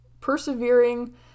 persevering